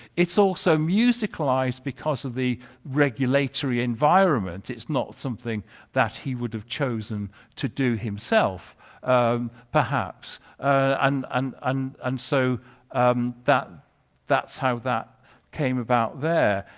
it's also musicalized because of the regulatory environment. it's not something that he would have chosen to do himself um perhaps and and and and so um that's how that came about there.